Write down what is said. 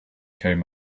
came